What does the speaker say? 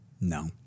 No